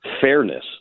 fairness